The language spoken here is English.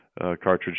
cartridge